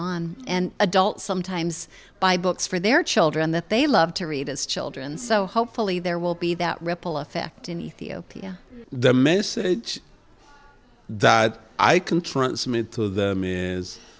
on and adults sometimes buy books for their children that they love to read as children so hopefully there will be that ripple effect in ethiopia the message that i can transmit to them i